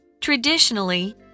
Traditionally